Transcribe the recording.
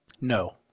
No